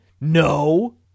No